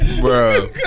Bro